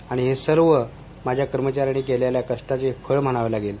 आणि हे सर्व माझ्या कर्मचाऱ्यांनी केलेल्या कष्टाचं फळ म्हणावं लागेल